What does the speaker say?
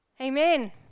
Amen